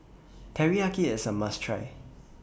Teriyaki IS A must Try